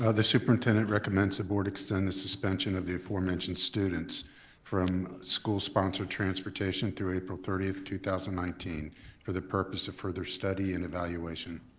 ah the superintendent recommends the board extend the suspension of the aforementioned students from school sponsored transportation through april thirtieth two thousand and nineteen for the purpose of further study and evaluation.